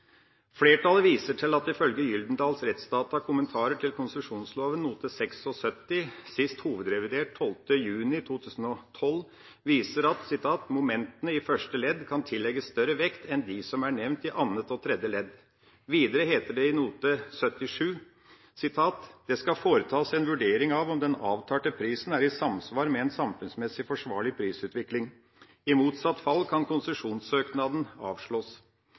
Flertallet viser til at det ifølge Gyldendal Rettsdatas kommentarer til konsesjonsloven, note 76, sist hovedrevidert 12. juni 2012, heter at «Momentene i første ledd kan tillegges større vekt enn de som er nevnt i annet og tredje ledd». Videre heter det i note 77: «Det skal foretas en vurdering av om den avtalte prisen er i samsvar med en samfunnsmessig forsvarlig prisutvikling. I motsatt fall kan konsesjonssøknaden avslås.